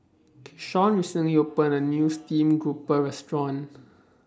Keshawn recently opened A New Stream Grouper Restaurant